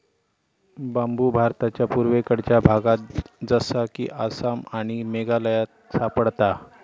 बांबु भारताच्या पुर्वेकडच्या भागात जसा कि आसाम आणि मेघालयात सापडता